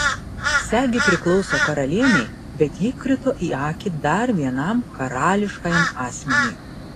segė priklauso karalienei bet ji krito į akį dar vienam karališkajam asmeniui